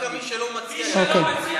מה אתם מציעים?